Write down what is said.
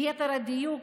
ליתר דיוק,